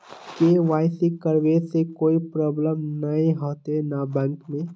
KYC करबे से कोई प्रॉब्लम नय होते न बैंक में?